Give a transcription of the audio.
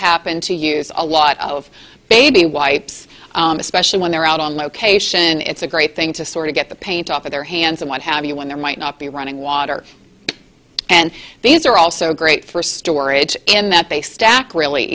happen to use a lot of baby wipes especially when they're out on location it's a great thing to sort of get the paint off of their hands and what have you when there might not be running water and these are also great for storage in that they stack really